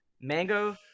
Mango